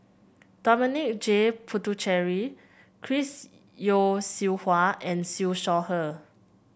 Dominic J Puthucheary Chris Yeo Siew Hua and Siew Shaw Her